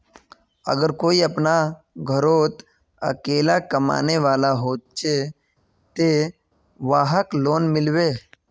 अगर कोई अपना घोरोत अकेला कमाने वाला होचे ते वहाक लोन मिलबे?